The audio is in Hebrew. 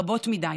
רבות מדי.